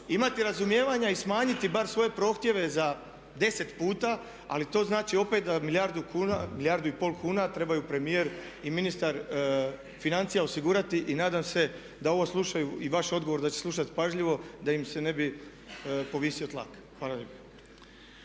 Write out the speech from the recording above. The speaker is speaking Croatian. imati razumijevanja i smanjiti bar svoje prohtjeve za 10 puta ali to znači opet da milijardu kuna, milijardu i pol kuna trebaju premijer i ministar financija osigurati i nadam se da ovo slušaju i vaš odgovor da će slušati pažljivo da im se ne bi povisio tlak. Hvala